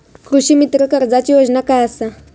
कृषीमित्र कर्जाची योजना काय असा?